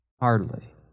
Hardly